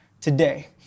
today